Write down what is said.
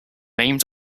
named